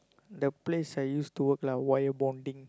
the place I used to work lah wire bonding